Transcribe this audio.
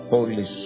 Holy